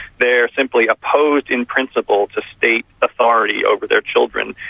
they're simply opposed in principle to state authority over their children,